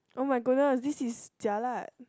oh my goodness this is jialat